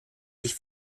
sich